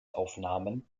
aufnahmen